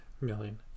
million